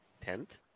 tent